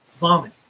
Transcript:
vomit